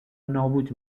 نابود